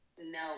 No